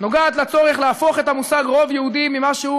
נוגעת לצורך להפוך את המושג רוב יהודי ממה שהוא,